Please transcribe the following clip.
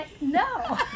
No